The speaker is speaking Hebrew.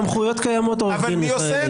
הסמכויות קיימות, עורך הדין מיכאלי.